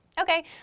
Okay